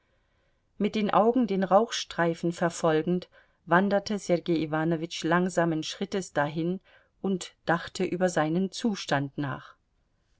mit den augen den rauchstreifen verfolgend wanderte sergei iwanowitsch langsamen schrittes dahin und dachte über seinen zustand nach